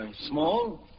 Small